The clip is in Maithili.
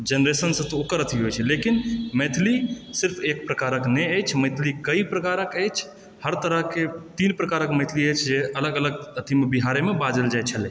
जेनरेशनसँ तऽ ओकर अथी होइ छै लेकिन मैथिली सिर्फ एक प्रकारकेँ नहि अछि मैथिली कइ प्रकारकेँ अछि हर तरहकेँ तीन प्रकारक मैथिली अछि जे अलग अलग अथीमे बिहारेमे बाजल जाइ छलै